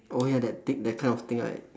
oh ya that thing that kind of thing right